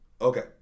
Okay